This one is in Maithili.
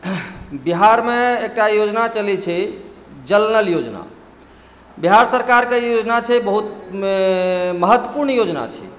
बिहारमे एकटा योजना चलै छै जल नल योजना बिहार सरकारके ई योजना छै बहुत महत्वपुर्ण योजना छै